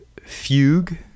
Fugue